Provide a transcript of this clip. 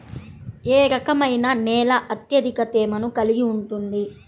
ఏ రకమైన నేల అత్యధిక తేమను కలిగి ఉంటుంది?